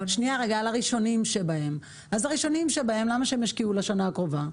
אז הראשונים שבהם, למה שהם ישקיעו לשנה הקרובה?